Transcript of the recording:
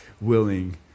willing